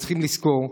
וצריך לזכור,